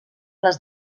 les